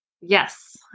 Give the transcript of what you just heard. yes